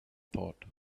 thought